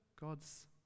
God's